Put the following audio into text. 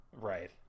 Right